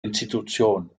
institution